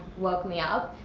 woke me up.